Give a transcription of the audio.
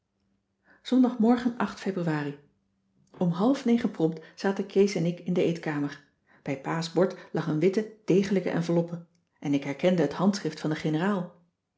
ondagmorgen ebruari m half negen prompt zaten kees en ik in de eetkamer bij pa's bord lag een witte degelijke enveloppe en ik herkende het handschrift van de generaal